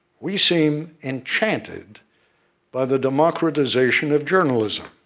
we seem enchanted by the democratization of journalism.